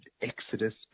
Exodus